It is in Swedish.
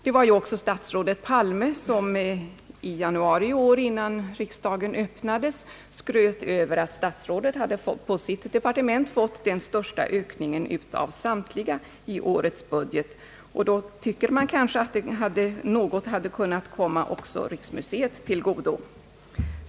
Det var ju också statsrådet Palme som i januari i år innan riksdagen öppnades skröt över att statsrådet hade fått på sitt departement den största ökningen av samtliga departement i årets budget. Då tycker man måhända att något hade kunnat komma också riksmuseet till godo.